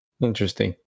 Interesting